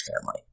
family